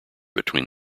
between